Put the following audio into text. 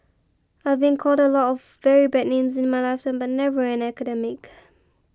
I've been called a lot of very bad names in my lifetime but never an academic